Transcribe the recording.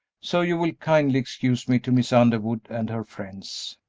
so you will kindly excuse me to miss underwood and her friends.